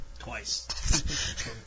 twice